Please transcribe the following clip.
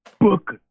book